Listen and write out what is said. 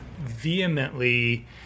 vehemently